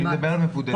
כולם בבידוד.